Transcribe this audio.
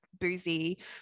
boozy